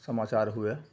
समाचार हुए